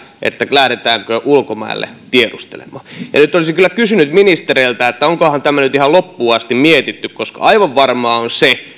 lähdetäänkö ulkomaille tiedustelemaan nyt olisin kyllä kysynyt ministereiltä onkohan tämä nyt ihan loppuun asti mietitty koska aivan varmaa on se